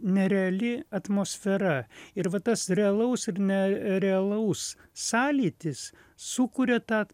nereali atmosfera ir va tas realaus ir nerealaus sąlytis sukuria tą